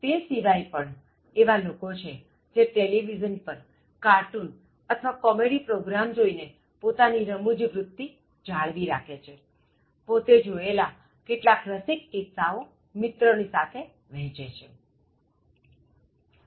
તે સિવાય પણ એવા લોકો છે જે ટેલિવિઝન પર કાર્ટુન અથવા કોમેડી પ્રોગ્રામ જોઇને પોતાની રમૂજ વૃત્તિ જાળવી રાખે છે પોતે જોયેલા કેટલાક રસિક કિસ્સાઓ મિત્રો ની સાથે વહેંચે છે